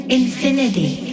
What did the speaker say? infinity